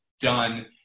done